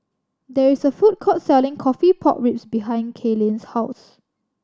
there is a food court selling coffee pork ribs behind Kaylin's house